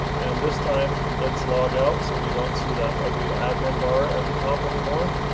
and this time let's log out so we don't see that ugly admin bar at the top anymore.